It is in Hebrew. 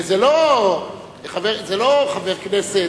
וזה לא חבר כנסת,